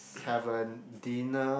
seven dinner